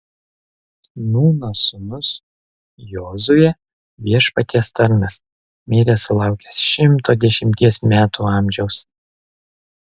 nūno sūnus jozuė viešpaties tarnas mirė sulaukęs šimto dešimties metų amžiaus